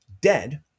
dead